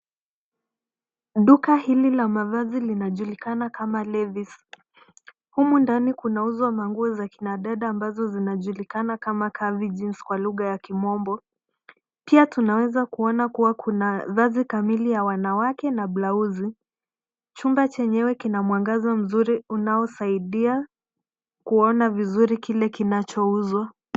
Duka hili la mavazi linajulikana kama LEVIS. Humu ndani kunauzwa manguo za kina dada ambazo zinazojulikana kama Calvin Jeans kwa lugha ya kimombo. Pia tunaweza kuona kua kuna vazi kamili ya wanawake na blauzi. Chumba chenyewe kina mwangaza mzuri unaosaidia kuona vizuri kile kinacho-uzwa